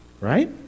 Right